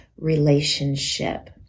relationship